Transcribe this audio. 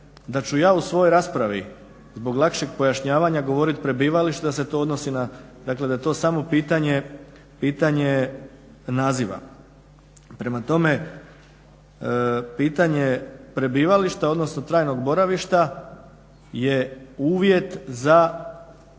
da ću ja u svojoj raspravi zbog lakšeg pojašnjavanja govoriti prebivalište da se to odnosi da je to samo pitanje naziva. Prema tome, pitanje prebivališta odnosno trajnog boravišta je uvjet za